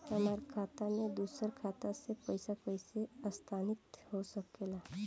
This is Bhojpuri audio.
हमार खाता में दूसर खाता से पइसा कइसे स्थानांतरित होखे ला?